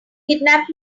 kidnap